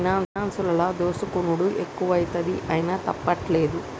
పైనాన్సులల్ల దోసుకునుడు ఎక్కువైతంది, అయినా తప్పుతలేదు